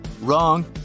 Wrong